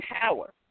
power